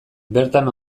bertan